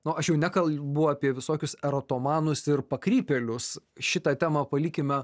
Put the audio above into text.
nu aš jau nekalbu apie visokius erotomanus ir pakrypėlius šitą temą palikime